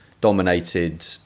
dominated